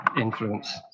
influence